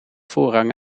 voorrang